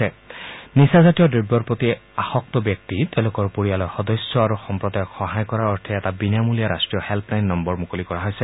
এই নিচাজাতীয় দ্ৰব্যৰ প্ৰতি আসক্ত ব্যক্তি তেওঁলোকৰ পৰিয়ালৰ সদস্য আৰু সম্প্ৰদায়ক সহায় কৰাৰ এটা বিনামূলীয়া ৰাষ্ট্ৰীয় হেল্ললাইন মুকলি কৰা হৈছে